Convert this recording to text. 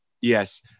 Yes